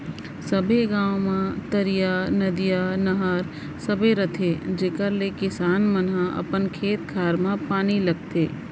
सबे गॉंव म तरिया, नदिया, नहर सबे रथे जेकर ले किसान मन ह अपन खेत खार म पानी लेगथें